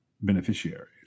beneficiaries